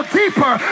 deeper